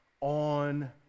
on